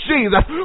Jesus